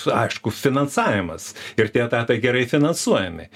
aišku finansavimas ir tie etatai gerai finansuojami